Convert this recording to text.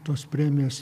tos premijos